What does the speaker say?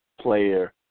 player